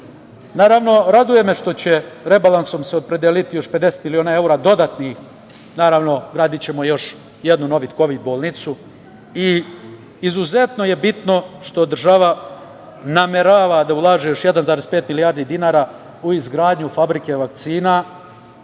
terapija. Naravno, raduje me što će se rebalansom opredeliti još 50 miliona evra dodatnih. Gradićemo još jednu novu kovid bolnicu. Izuzetno je bitno što država namerava da ulaže još 1,5 milijardi dinara u izgradnju fabrike vakcina,